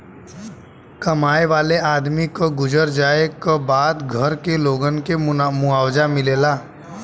कमाए वाले आदमी क गुजर जाए क बाद घर के लोगन के मुआवजा मिलेला